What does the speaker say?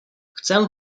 chcę